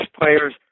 players